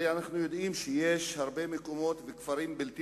הרי אנחנו יודעים שיש הרבה מקומות וכפרים בלתי